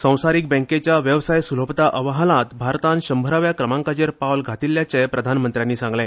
संसारीक बँकेच्या वेवसाय स्रलभता अहवालांत भारतान शंभराव्या क्रमांकाचेर पावल घातिल्याचेय प्रधानमंत्र्यांनी सांगले